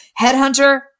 Headhunter